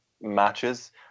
matches